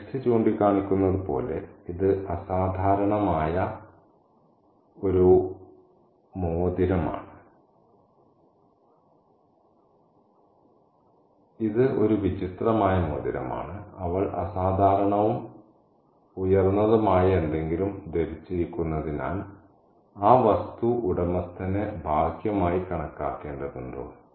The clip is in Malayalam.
ടെക്സ്റ്റ് ചൂണ്ടിക്കാണിക്കുന്നതുപോലെ ഇത് അസാധാരണമായ ഒരു മോതിരം ആണ് ഇത് അസാധാരണമായ ഒരു മോതിരം ആണ് ഇത് ഒരു വിചിത്രമായ മോതിരം ആണ് അവൾ അസാധാരണവും അസാധാരണവും ഉയർന്നതുമായ എന്തെങ്കിലും ധരിച്ചിരിക്കുന്നതിനാൽ ആ വസ്തു ഉടമസ്ഥനെ ഭാഗ്യമായി കണക്കാക്കേണ്ടതുണ്ടോ